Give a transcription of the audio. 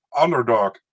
underdog